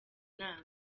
inama